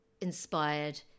inspired